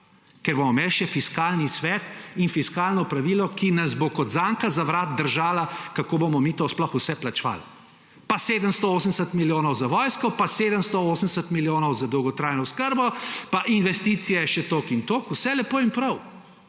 ker bomo imeli še Fiskalni svet in fiskalno pravilo, ki nas bo kot zanka za vrat držala, kako bomo mi to sploh vse plačali. Pa 780 milijonov za vojsko, pa 780 milijonov za dolgotrajno oskrbo, pa investicije še toliko in toliko. Vse lepo in prav,